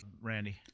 Randy